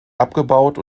abgebaut